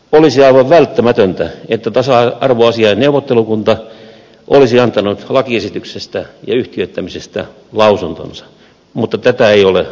olisi aivan välttämätöntä että tasa arvoasiain neuvottelukunta olisi antanut lakiesityksestä ja yhtiöittämisestä lausuntonsa mutta tätä ei ole haluttu